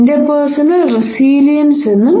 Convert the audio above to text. interpersonal resilience എന്നും IP